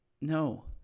No